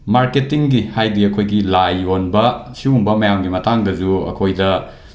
ꯃꯥꯔꯀꯦꯇꯤꯡꯒꯤ ꯍꯥꯏꯗꯤ ꯑꯩꯈꯣꯏꯒꯤ ꯂꯥꯏ ꯌꯣꯟꯕ ꯁꯤꯒꯨꯝꯕ ꯃꯌꯥꯝꯒꯤ ꯃꯇꯥꯡꯗꯁꯨ ꯑꯩꯈꯣꯏꯗ